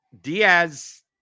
Diaz